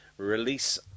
Release